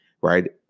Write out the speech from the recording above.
right